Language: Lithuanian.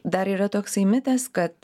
ir dar yra toks mitas kad